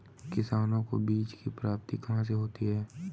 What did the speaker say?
किसानों को बीज की प्राप्ति कहाँ से होती है?